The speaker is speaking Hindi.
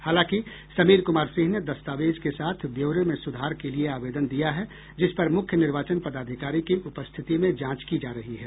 हालांकि समीर कुमार सिंह ने दस्तावेज के साथ ब्योरे में सुधार के लिये आवेदन दिया है जिस पर मुख्य निर्वाचन पदाधिकारी की उपस्थिति में जांच की जा रही है